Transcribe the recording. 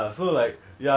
oh